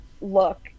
look